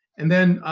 and then